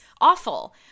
awful